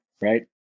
right